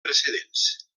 precedents